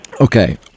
Okay